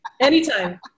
anytime